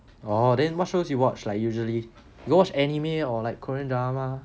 oh then what shows you watch like usually you watch anime or like korean drama